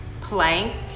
Plank